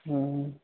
ہاں